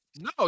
No